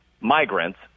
migrants